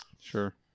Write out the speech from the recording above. Sure